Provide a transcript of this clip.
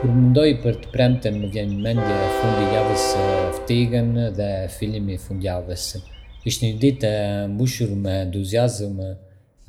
Kur mendoj për të premten, më vjen në mendje fundi i javës së ftigën dhe fillimi i fundjavës. Është një ditë e mbushur me entuziazëm